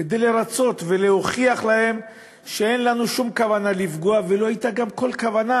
כדי לרצות ולהוכיח להם שאין לנו שום כוונה לפגוע ולא הייתה גם כל כוונה